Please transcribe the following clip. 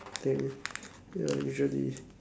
I think ya usually